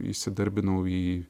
įsidarbinau į